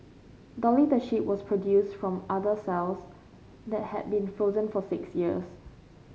Dolly the sheep was produced from udder cells that had been frozen for six years